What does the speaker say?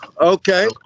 Okay